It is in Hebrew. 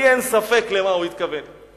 לי אין ספק למה הוא התכוון,